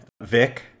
Vic